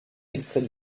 extrait